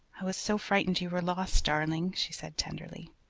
i was so frightened you were lost, darling she said tenderly.